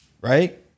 right